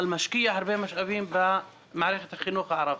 אבל משקיע הרבה משאבים במערכת החינוך הערבית.